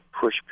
push